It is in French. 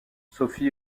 sophie